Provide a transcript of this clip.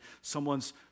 someone's